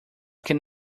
can